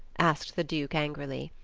asked the duke angrily.